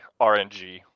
RNG